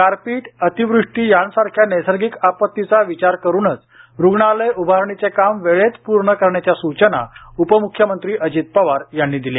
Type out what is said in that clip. गारपीट अतिवृष्टी यांसारख्या नैसर्गिक आपत्तीचा विचार करूनच रुग्णालय उभारणीचे काम वेळेत प्रर्ण करण्याच्या सूचना उपम्ख्यमंत्री अजित पवार यांनी दिल्या